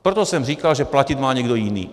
Proto jsem říkal, že platit má někdo jiný.